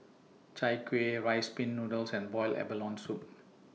Chai Kueh Rice Pin Noodles and boiled abalone Soup